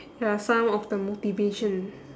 ya some of the motivation